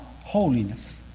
holiness